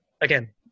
again